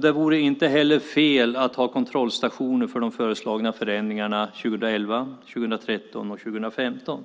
Det vore inte heller fel att ha kontrollstationer för de föreslagna förändringarna 2011, 2013 och 2015.